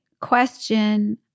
question